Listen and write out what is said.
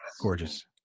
gorgeous